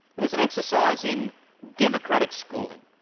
it was an exercise in democratic schooling,